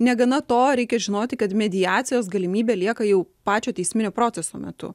negana to reikia žinoti kad mediacijos galimybė lieka jau pačio teisminio proceso metu